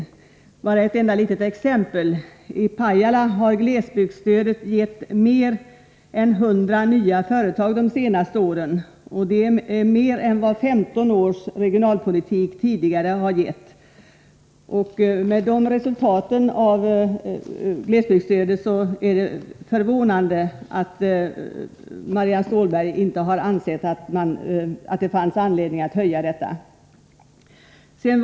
Jag skall bara ta ett litet exempel. I Pajala har glesbygdsstödet gett mer än 100 nya företag de senaste åren, och det är mer än vad 15 års regionalpolitik tidigare har gett. Med de resultaten av glesbygdsstödet är det förvånande att Marianne Stålberg inte har ansett att det finns anledning att öka detta stöd.